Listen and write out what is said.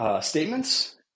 statements